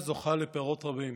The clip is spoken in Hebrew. המדינה זוכה לפירות רבים,